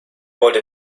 wollte